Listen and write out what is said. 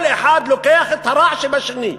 כל אחד לוקח את הרע שבשני.